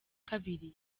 kabiri